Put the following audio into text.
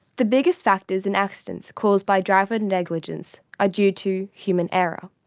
the biggest factors in accidents caused by driver negligence are due to human error.